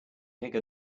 take